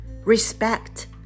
respect